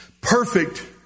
Perfect